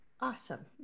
Awesome